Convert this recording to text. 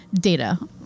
data